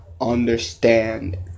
understand